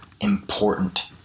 important